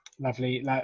Lovely